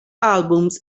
albums